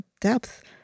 depth